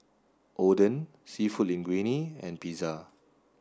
Oden Seafood Linguine and Pizza